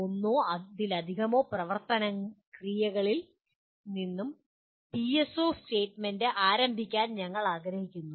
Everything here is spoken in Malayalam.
ഒന്നോ അതിലധികമോ പ്രവർത്തന ക്രിയകളിൽ നിന്ന് പിഎസ്ഒ സ്റ്റേറ്റ്മെന്റ് ആരംഭിക്കാൻ ഞങ്ങൾ ആഗ്രഹിക്കുന്നു